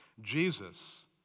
Jesus